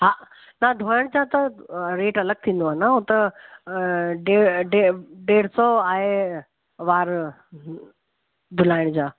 हा न धुअण सां त रेट अलॻि थींदो आहे ॾे ॾे ॾेढ सौ आहे वारु धुअण जा